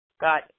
got